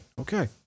okay